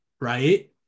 right